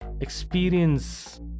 experience